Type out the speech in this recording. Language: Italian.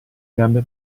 gambe